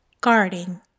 guarding